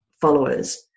followers